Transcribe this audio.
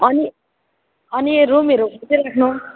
अनि अनि रुमहरू खोजी राख्नु